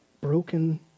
broken